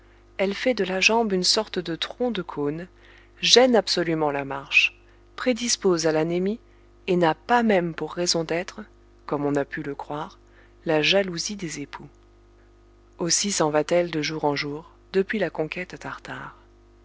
elle fait de la jambe une sorte de tronc de cône gêne absolument la marche prédispose à l'anémie et n'a pas même pour raison d'être comme on a pu le croire la jalousie des époux aussi s'en va-t-elle de jour en jour depuis la conquête tartare